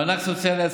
מענק סוציאלי לעצמאים,